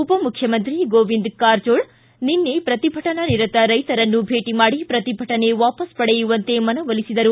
ಉಪಮುಖ್ಯಮಂತ್ರಿ ಗೋವಿಂದ್ ಕಾರಜೋಳ್ ನಿನ್ನೆ ಪ್ರತಿಭಟನಾ ನಿರತ ರೈತರನ್ನು ಭೇಟಿ ಮಾಡಿ ಪ್ರತಿಭಟನೆ ವಾಪಸ್ಟ್ ಪಡೆಯುವಂತೆ ಮನವೊಲಿಸಿದರು